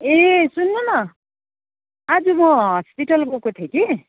ए सुन्नु न आज म हस्पिटल गएको थिएँ कि